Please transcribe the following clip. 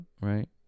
right